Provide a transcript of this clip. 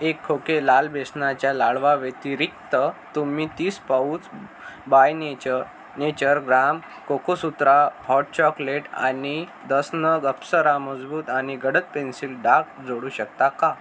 एक खोके लाल बेसनाच्या लाडवाव्यतिरिक्त तुम्ही तीस pouch by nature nature gram Cocosutra hot chocolate आणि दस नग अप्सरा मजबूत आणि गडद पेन्सिल डार्क जोडू शकता का